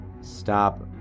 Stop